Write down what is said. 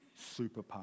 superpower